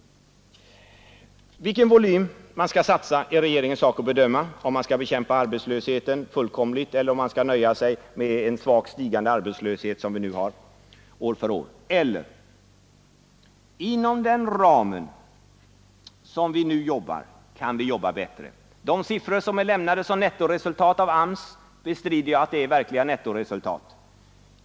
Vilken volym man skall satsa är regeringens sak att bedöma — om man skall bekämpa arbetslösheten fullkomligt eller om man skall nöja sig med en svagt stigande arbetslöshet som vi nu har år för år. Men inom den ram som vi nu jobbar inom kan vi också jobba bättre. Jag bestrider att de siffror som AMS redovisar såsom nettoresultat är verkliga nettoresultat.